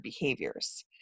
behaviors